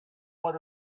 what